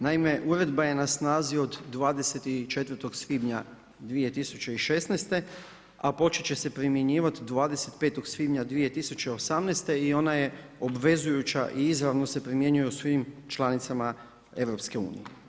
Naime, uredba je na snazi od 24. svibnja 2016., a počet će se primjenjivat 25. svibnja 2018. i ona je obvezujuća i izravno se primjenjuje u svim članicama EU.